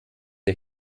der